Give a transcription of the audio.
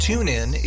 TuneIn